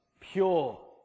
pure